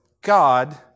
God